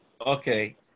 okay